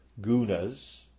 gunas